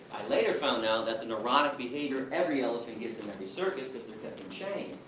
i later found out that's a neurotic behavior every elephant gets in every circus, cause they're kept in chain.